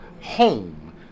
home